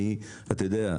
ואתה יודע,